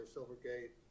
Silvergate